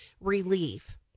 relief